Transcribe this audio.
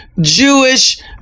Jewish